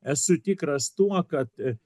esu tikras tuo kad